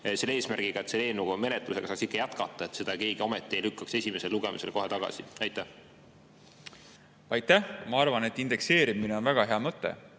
selle eesmärgiga, et selle eelnõu menetlusega saaks ikka jätkata, et seda keegi ometi ei lükkaks esimesel lugemisel kohe tagasi? Aitäh! Ma arvan, et indekseerimine on väga hea mõte.